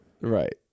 Right